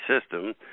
system